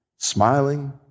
smiling